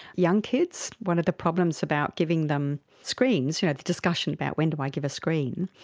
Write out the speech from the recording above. young kids, one of the problems about giving them screens, you know the discussion about when do i give a screen,